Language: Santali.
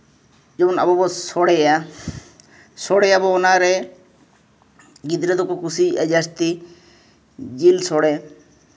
ᱡᱮᱢᱚᱱ ᱟᱵᱚ ᱵᱚᱱ ᱥᱳᱲᱮᱭᱟ ᱥᱳᱲᱮᱭᱟᱵᱚᱱ ᱚᱱᱟᱨᱮ ᱜᱤᱫᱽᱨᱟᱹ ᱫᱚᱠᱚ ᱠᱩᱥᱤᱭᱟᱜᱼᱟ ᱡᱟᱹᱥᱛᱤ ᱡᱤᱞ ᱥᱳᱲᱮ